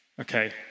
Okay